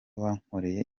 wankoreye